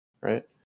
right